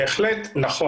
בהחלט נכון.